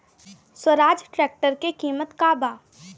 Swaraj tractor के किमत का बा?